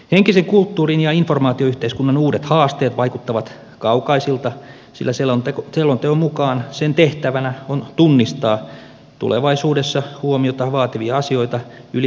henkisen kulttuurin ja informaatioyhteiskunnan uudet haasteet vaikuttavat kaukaisilta sillä selonteon mukaan sen tehtävänä on tunnistaa tulevaisuudessa huomiota vaativia asioita yli hallituskausien